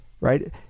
right